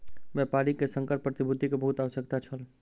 व्यापारी के संकर प्रतिभूति के बहुत आवश्यकता छल